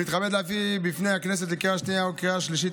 אני מתכבד להביא בפני הכנסת לקריאה שנייה ולקריאה שלישית